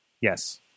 Yes